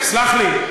סלח לי.